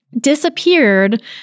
disappeared